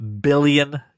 billion